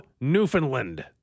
Newfoundland